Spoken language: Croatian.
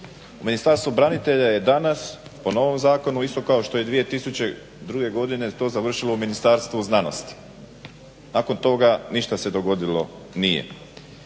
Ministarstvo branitelja je danas po novom zakonu isto kao što je i 2002. godine to završilo u Ministarstvu znanosti. Nakon toga ništa se dogodilo nije.